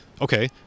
okay